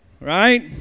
right